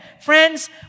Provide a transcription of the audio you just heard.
Friends